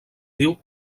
diu